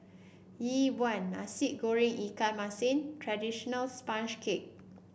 Yi Bua Nasi Goreng Ikan Masin traditional sponge cake